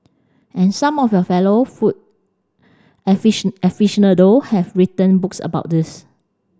and some of your fellow food aficionado have written books about this